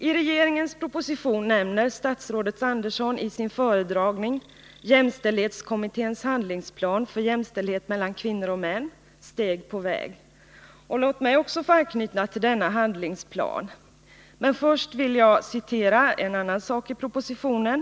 I regeringens proposition nämner statsrådet Andersson i sin föredragning jämställdhetskommitténs handlingsplan för jämställdhet mel lan kvinnor och män, Steg på väg ... Låt mig också få anknyta till denna Nr 52 handlingsplan. Men först vill jag citera en annan sak i propositionen.